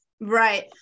Right